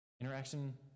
Interaction